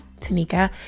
tanika